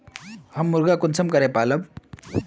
हम मुर्गा कुंसम करे पालव?